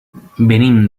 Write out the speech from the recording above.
venim